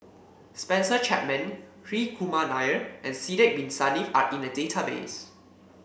Spencer Chapman Hri Kumar Nair and Sidek Bin Saniff are in the database